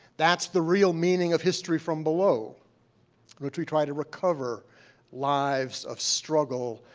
that's the real meaning of history from below, in which we try to recover lives of struggle,